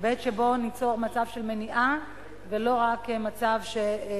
היבט שבו ניצור מצב של מניעה ולא רק שבדיעבד